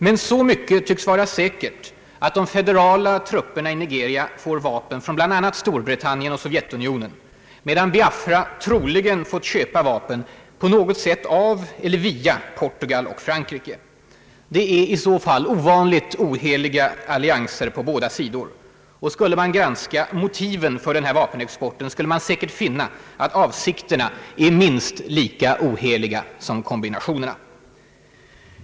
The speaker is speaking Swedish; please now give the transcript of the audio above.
Men så mycket tycks vara säkert att de fede rala trupperna i Nigeria får vapen från bl.a. Storbritannien och Sovjetunionen, medan Biafra troligen fått köpa vapen av eller på något sätt via Portugal och Frankrike. Det är i så fall ovanligt oheliga allianser på båda sidor. Och skulle man granska motiven för den här vapenexporten, skulle man säkert finna att avsikterna är minst lika oheliga.